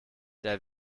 der